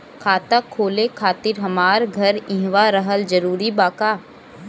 खाता खोले खातिर हमार घर इहवा रहल जरूरी बा का?